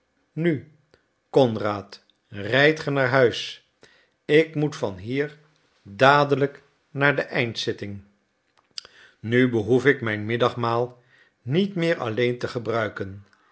nu conrad rijdt ge naar huis ik moet van hier dadelijk naar de eindzitting nu behoef ik mijn middagmaal niet meer alleen te gebruiken